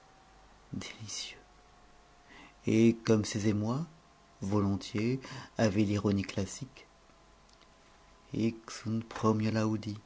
délicieux et comme ses émois volontiers avaient l'ironie classique